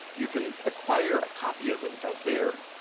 you can acquire a copy of it out there